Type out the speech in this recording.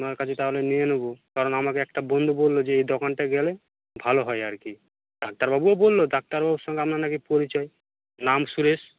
আপনার কাছে তাহলে নিয়ে নেব কারণ আমাকে একটা বন্ধু বলল যে এই দোকানটায় গেলে ভালো হয় আর কি ডাক্তারবাবুও বলল ডাক্তারবাবুর সঙ্গে আপনার নাকি পরিচয় নাম সুরেশ